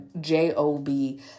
j-o-b